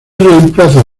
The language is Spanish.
reemplazo